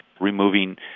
removing